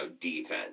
defense